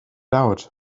out